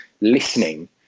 listening